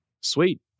sweet